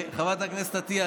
חברת הכנסת עטייה.